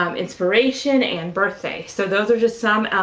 um inspiration, and birthday. so those are just some.